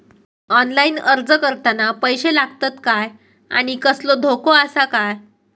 Online अर्ज करताना पैशे लागतत काय आनी कसलो धोको आसा काय?